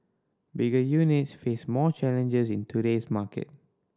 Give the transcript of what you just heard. bigger units face more challenges in today's market